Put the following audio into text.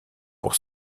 pour